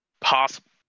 possible